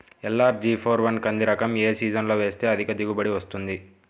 LRG four one కంది రకం ఏ సీజన్లో వేస్తె అధిక దిగుబడి వస్తుంది?